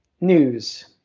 News